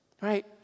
Right